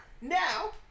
Now